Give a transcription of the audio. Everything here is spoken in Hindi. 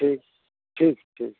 ठीक ठीक है ठीक